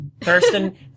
Thurston